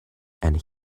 and